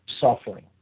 suffering